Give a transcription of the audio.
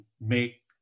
make